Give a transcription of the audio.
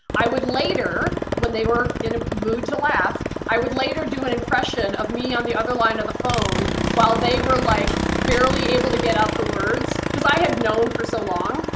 i would later when they were in a mood to laugh, i would later do an impression of me on the other line of the phone while they were like barely able to get out the words. cause i had known for so long.